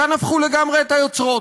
כאן הפכו לגמרי את היוצרות,